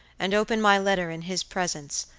and open my letter in his presence,